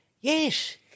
yes